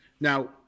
Now